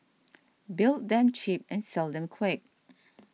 build them cheap and sell them quick